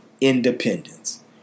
independence